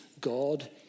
God